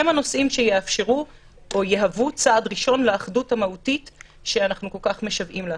אלה הנושאים שיהוו צעד ראשון לאחדות המהותית שאנחנו כל כך משוועים לה.